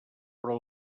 però